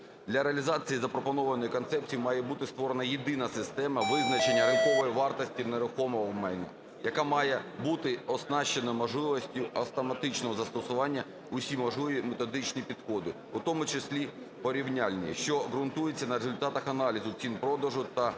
Для реалізації запропонованої концепції має бути створена єдина система визначення ринкової вартості нерухомого майна, яка має бути оснащена можливістю автоматичного застосування усі можливі методичні підходи, у тому числі порівняльні, що ґрунтуються на результатах аналізу цін продажу та подібне